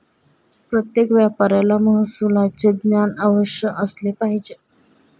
प्रत्येक व्यापाऱ्याला महसुलाचे ज्ञान अवश्य असले पाहिजे